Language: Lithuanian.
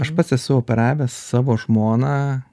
aš pats esu operavęs savo žmoną